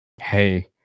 Hey